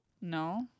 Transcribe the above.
No